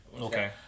Okay